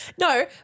No